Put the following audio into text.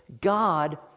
God